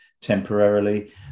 temporarily